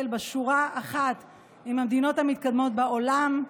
בשורה אחת עם המדינות המתקדמות בעולם.